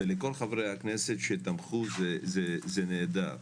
ולכל חברי הכנסת שתמכו, זה נהדר.